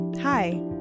Hi